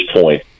point